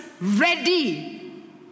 ready